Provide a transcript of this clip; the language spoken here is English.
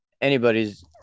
anybody's